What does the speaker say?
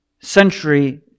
century